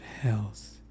health